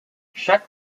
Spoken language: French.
chaque